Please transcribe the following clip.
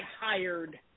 hired